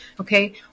Okay